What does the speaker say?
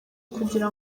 kugira